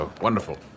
Wonderful